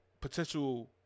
potential